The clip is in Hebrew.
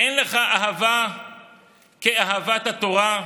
אין לך אהבה כאהבת התורה,